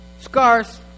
scars